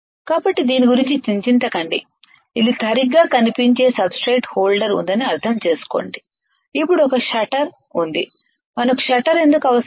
కాబట్టి దీని గురించి చింతించకండి ఇది సరిగ్గా కనిపించే సబ్స్ట్రేట్ హోల్డర్ ఉందని అర్థం చేసుకోండి అప్పుడు ఒక షట్టర్ ఉంది మనకు షట్టర్ ఎందుకు అవసరం